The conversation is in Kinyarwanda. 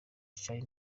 charly